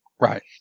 Right